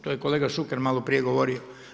To je kolega Šuker malo prije govorio.